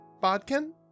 Bodkin